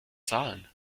zahlen